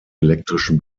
elektrischen